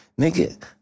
nigga